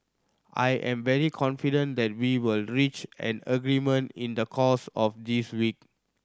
I am very confident that we will reach an agreement in the course of this week